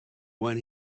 when